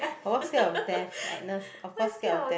I was scared of death Agnes of course scared of death